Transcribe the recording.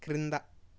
క్రింద